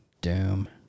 Doom